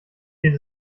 geht